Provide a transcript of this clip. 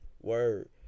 Word